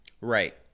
right